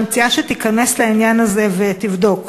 אני מציעה שתיכנס לעניין הזה ותבדוק.